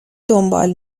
دنبال